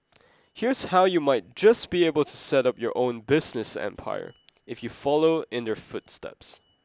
here's how you might just be able to set up your own business empire if you follow in their footsteps